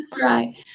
right